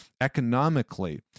economically